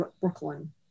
Brooklyn